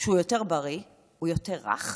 שהוא יותר בריא, יותר רך,